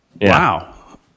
Wow